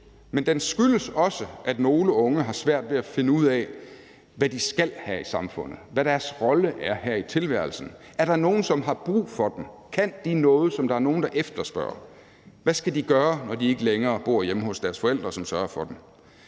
men den skyldes også, at nogle unge har svært ved at finde ud af, hvad de skal her i samfundet, og hvad deres rolle er her i tilværelsen. Er der nogen, som har brug for dem? Kan de noget, som der er nogen der efterspørger? Hvad skal de gøre, når de ikke længere bor hjemme hos deres forældre, som sørger for dem?